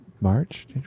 march